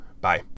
Bye